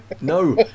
No